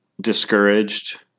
discouraged